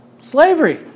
slavery